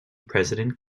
president